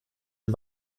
den